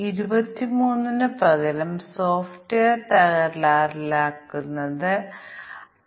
ഇവിടെ ഒരു സാധ്യതയുള്ള തെറ്റ് അധിവർഷങ്ങൾ കണക്കിലെടുത്തിട്ടില്ല എന്നതാണ്